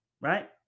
right